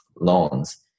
loans